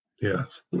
yes